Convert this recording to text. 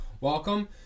welcome